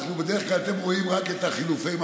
אתם בדרך כלל רואים רק את חילופי המחמאות,